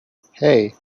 hey